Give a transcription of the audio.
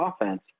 offense